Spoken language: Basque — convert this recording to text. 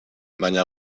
baina